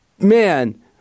man